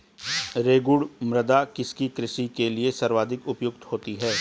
रेगुड़ मृदा किसकी कृषि के लिए सर्वाधिक उपयुक्त होती है?